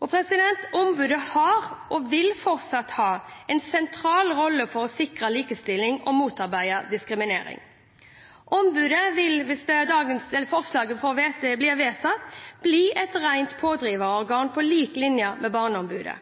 Ombudet har og vil fortsatt ha en sentral rolle for å sikre likestilling og motarbeide diskriminering. Ombudet vil hvis forslaget blir vedtatt, bli et rent pådriverorgan på lik linje med Barneombudet.